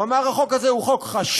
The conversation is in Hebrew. הוא אמר: החוק הזה הוא חוק חשוב,